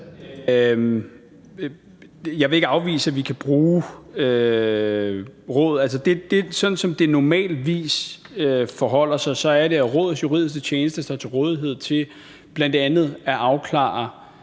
Jeg vil ikke afvise, at vi kan bruge Rådet. Som det normalvis forholder sig, står Rådets juridiske tjeneste til rådighed for bl.a. at afklare